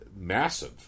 massive